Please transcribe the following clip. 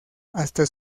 hasta